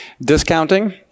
Discounting